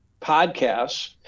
podcasts